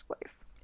place